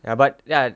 ya but ya